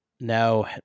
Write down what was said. now